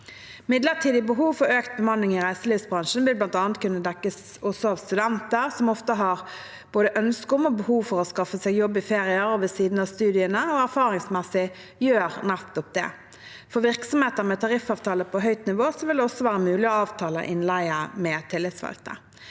Midlertidig behov for økt bemanning i reiselivsbransjen vil bl.a. kunne dekkes av studenter som ofte har både ønske om og behov for å skaffe seg jobb i ferier og ved siden av studiene, og som erfaringsmessig gjør nettopp det. For virksomheter med tariffavtale på høyt nivå vil det også være mulig å avtale innleie med tillitsvalgte.